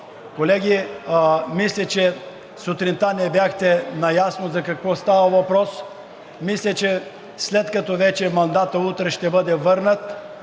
Колеги, мисля, че сутринта не бяхте наясно за какво става въпрос. След като мандатът утре ще бъде върнат,